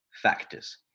factors